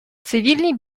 цивільні